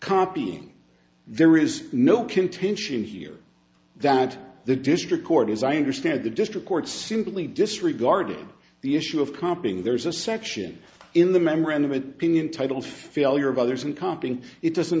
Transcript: copying there is no contention here that the district court as i understand the district court simply disregarded the issue of copying there's a section in the memorandum an opinion titled failure of others and camping it doesn't